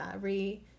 re